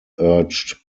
urged